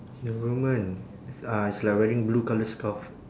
the woman is uh is like wearing blue colour scarf